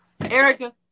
Erica